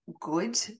good